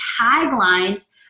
taglines